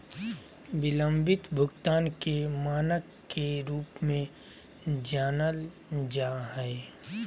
बिलम्बित भुगतान के मानक के रूप में जानल जा हइ